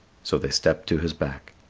so they stepped to his back.